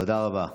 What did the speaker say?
תודה רבה.